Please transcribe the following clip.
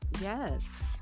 Yes